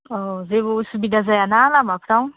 औ जेबो उसुबिदा जायाना लामाफ्राव